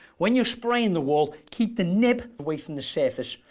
when you're spraying the wall keep the nib away from the surface.